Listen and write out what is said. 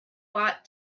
bought